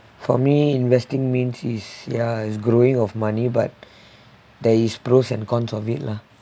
for me investing means is ya is growing of money but there is pros and cons of it lah